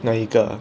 哪一个